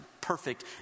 perfect